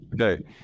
okay